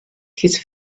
his